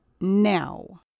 now